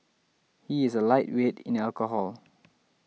he is a lightweight in alcohol